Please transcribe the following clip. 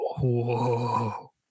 whoa